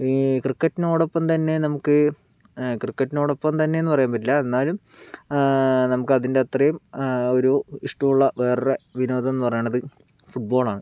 ഈ ക്രിക്കറ്റിനോടൊപ്പം തന്നെ നമുക്ക് ക്രിക്കറ്റിനോടൊപ്പം തന്നെയെന്ന് പറയാൻ പറ്റില്ല എന്നാലും നമുക്ക് അതിന്റെ അത്രയും ഒരു ഇഷ്ടമുള്ള വേറൊരു വിനോദമെന്ന് പറയുന്നത് ഫുട്ബോളാണ്